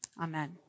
Amen